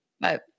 but-